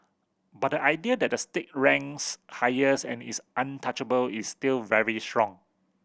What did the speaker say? but the idea that the state ranks highest and is untouchable is still very strong